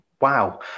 wow